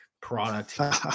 product